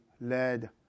led